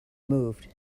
moved